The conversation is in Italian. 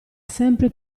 sempre